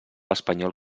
espanyol